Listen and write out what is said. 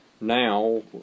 now